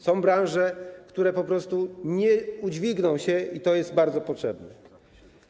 Są branże, które po prostu nie podźwigną się, i to jest bardzo potrzebne.